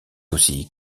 aussi